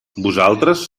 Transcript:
vosaltres